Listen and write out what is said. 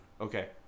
Okay